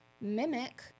mimic